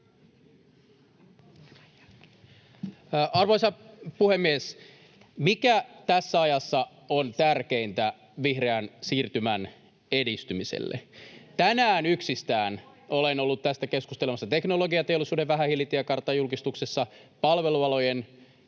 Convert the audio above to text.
Arvoisa puhemies! Mikä tässä ajassa on tärkeintä vihreän siirtymän edistymiselle? Yksistään tänään olen ollut tästä keskustelemassa Teknologiateollisuuden vähähiilitiekartan julkistuksessa, palvelualojen